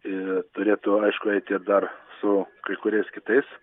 ir turėtų aišku eiti dar su kai kuriais kitais